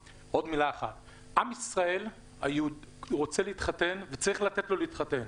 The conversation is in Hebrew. עם ישראל רוצה להתחתן, וצריך לתת לו להתחתן.